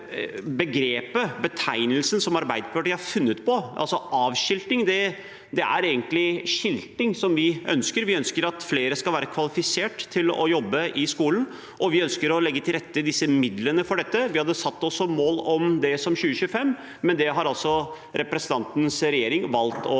begrepet, den betegnelsen, som Arbeiderpartiet har funnet på, altså avskilting: Det er egentlig «skilting» vi ønsker. Vi ønsker at flere skal være kvalifisert til å jobbe i skolen, og vi ønsker å legge til rette midler for dette. Vi hadde satt oss det som mål i 2025, men det har representantens regjering valgt å